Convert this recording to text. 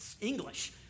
English